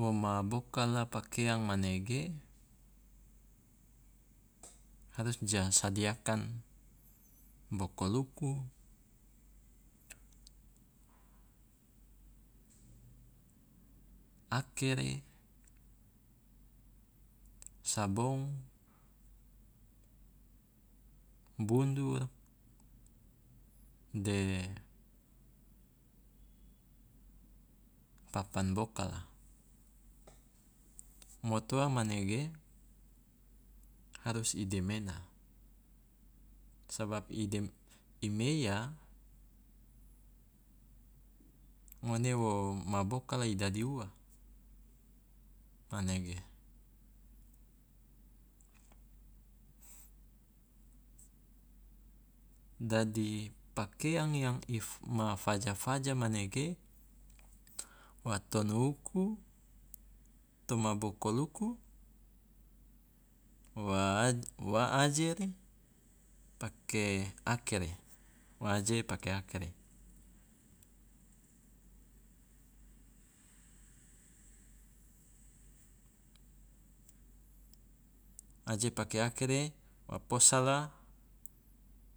wo ma bokala pakeang manege harus ja sadiakan bokoluku, akere, sabong, bundur de papan bokala, motoa manege harus i demena sabab i dem i meiya ngone wo ma bokala i dadi ua, manege. Dadi pakeang yang if ma faja faja manege wa tono uku toma bokoluku wa aj- wa ajere pake akere, wa aje pake akere, aje pake akere wa posala